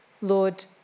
Lord